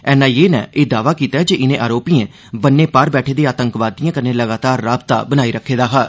NIA नै एह् दावा कीता ऐ जे इनें आरोपिएं बन्ने पार बैठे दे आतंकवादिएं कन्नै लगातार राबता बनाई रक्खे दा हा